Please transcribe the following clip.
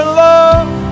love